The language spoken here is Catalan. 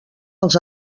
els